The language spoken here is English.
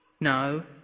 No